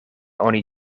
oni